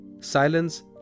Silence